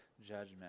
judgment